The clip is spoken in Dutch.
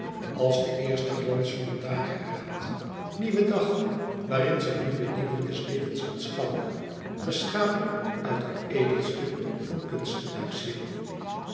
als de eerste glans van een dageraad nieuwe dag waarin zij nieuwe dingen des levens aanschouwde geschapen uit het edelste van kunstenaarsziel